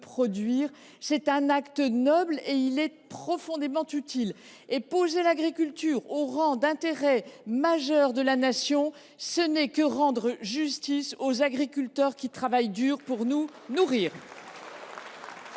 est un acte noble et profondément utile. Et placer l’agriculture au rang d’intérêt majeur de la Nation revient à rendre justice aux agriculteurs, qui travaillent dur pour nous nourrir.